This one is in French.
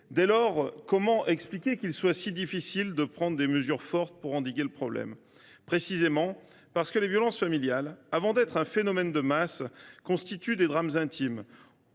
Dès lors, comment expliquer qu’il soit si difficile de prendre des mesures fortes pour endiguer ce phénomène ? Précisément parce que les violences familiales, avant d’être un phénomène de masse, constituent des drames intimes.